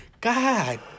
God